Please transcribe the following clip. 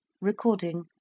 Recording